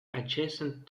adjacent